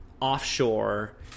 offshore